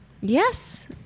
Yes